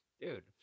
Dude